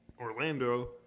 Orlando